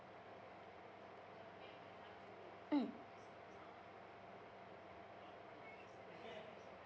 mm